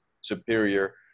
superior